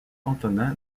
antonin